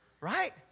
Right